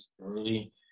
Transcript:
early